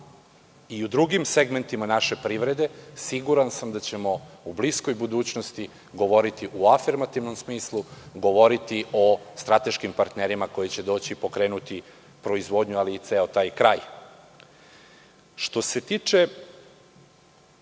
i o drugim segmentima naše privrede siguran sam da ćemo u bliskoj budućnosti govoriti u afirmativnom smislu, govoriti o strateškim partnerima koji će doći i pokrenuti proizvodnju, ali i ceo taj kraj. Što se tiče